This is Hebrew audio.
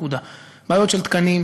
בעיות של תקנים,